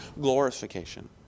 glorification